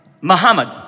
Muhammad